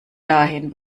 dahin